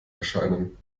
erscheinen